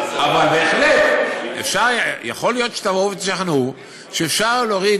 אבל בהחלט יכול להיות שתבואו ותשכנעו שאפשר להוריד